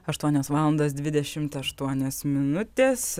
aštuonios valandos dvidešimt aštuonios minutės